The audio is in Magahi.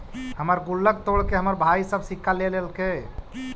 हमर गुल्लक तोड़के हमर भाई सब सिक्का ले लेलके